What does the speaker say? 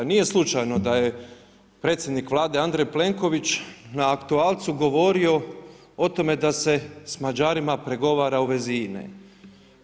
Nije slučajno da je predsjednik Vlade Andrej Plenković na aktualcu govorio o tome da se Mađarima pregovara u vezi INA-e.